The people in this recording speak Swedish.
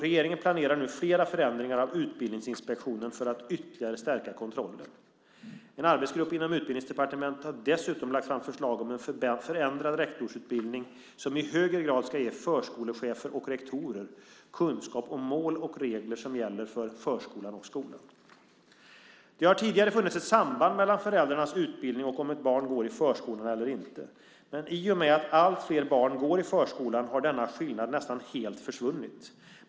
Regeringen planerar nu flera förändringar av utbildningsinspektionen för att ytterligare stärka kontrollen. En arbetsgrupp inom Utbildningsdepartementet har dessutom lagt fram förslag om en förändrad rektorsutbildning som i högre grad ska ge förskolechefer och rektorer kunskap om mål och regler som gäller för förskolan och skolan. Det har tidigare funnits ett samband mellan föräldrarnas utbildning och om ett barn går i förskolan eller inte. I och med att allt fler barn går i förskolan har denna skillnad nästan helt försvunnit.